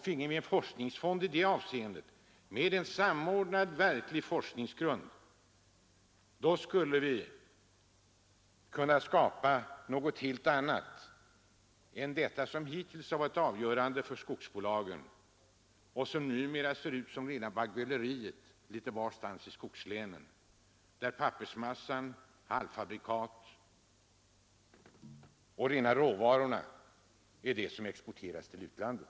Finge vi en forskningsfond för detta ändamål, med en samordnad verklig forskningsgrund, skulle vi kunna skapa något helt annat än det som hittills har varit avgörande för skogsbolagen och som numera ser ut som rena baggböleriet litet varstans i skogslänen, där pappersmassa, halvfabrikat och rena råvaror är det som exporteras till utlandet.